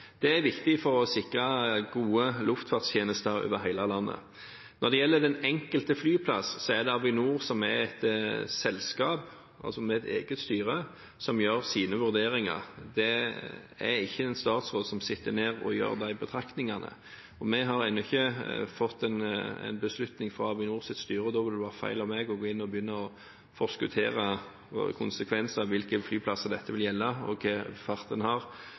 Det er viktig for å sikre gode luftfartstjenester over hele landet. Når det gjelder den enkelte flyplass, så er det Avinor, som er et selskap med et eget styre, som gjør sine vurderinger. Det er ikke en statsråd som sitter og gjør de betraktningene. Vi har ennå ikke fått en beslutning fra Avinors styre, og da ville det være feil av meg å gå inn og begynne å forskuttere konsekvenser – hvilke flyplasser dette vil gjelde og farten på framdriften – før Avinor har